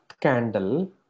candle